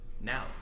Now